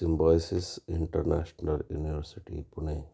Symbiosis International University Pune